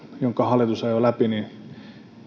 jonka hallitus ajoi läpi